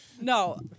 No